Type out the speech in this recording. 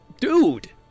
dude